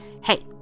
Hey